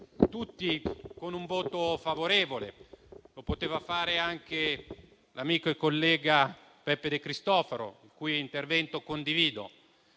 tutti con un voto favorevole e lo avrebbe potuto fare anche l'amico e collega Peppe De Cristofaro, il cui intervento condivido.